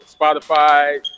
spotify